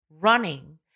running